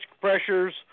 pressures